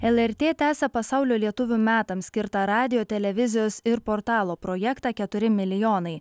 lrt tęsia pasaulio lietuvių metams skirtą radijo televizijos ir portalo projektą keturi milijonai